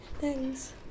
Thanks